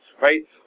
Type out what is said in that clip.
Right